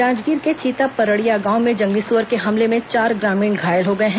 जांजगीर के छीतापड़रिया गांव में जंगली सुअर के हमले में चार ग्रामीण घायल हो गए हैं